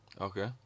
Okay